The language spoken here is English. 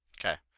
Okay